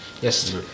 Yes